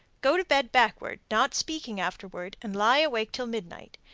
go to bed backward, not speaking afterwards, and lie awake till midnight.